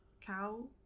cow